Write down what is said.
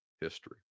history